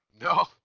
No